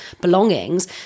belongings